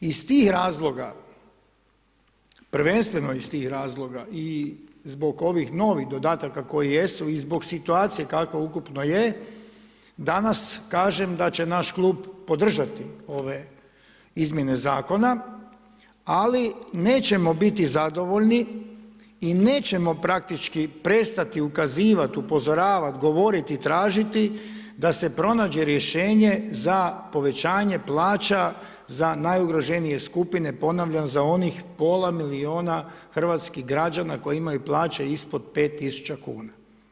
Iz tih razloga prvenstveno iz tih razloga i zbog ovih novih dodataka koji jesu i zbog situacije kakva ukupno je danas kažem da će naš klub podržati ove izmjene zakona ali nećemo biti zadovoljni i nećemo praktički prestati ukazivat, upozoravat, govorit i tražiti da se pronađe rješenje za povećanje plaća za najugroženije skupine ponavljam za onih pola miliona hrvatskih građana koji imaju plaće ispod 5.000 kuna.